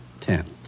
Ten